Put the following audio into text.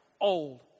old